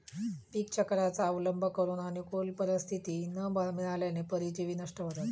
पीकचक्राचा अवलंब करून अनुकूल परिस्थिती न मिळाल्याने परजीवी नष्ट होतात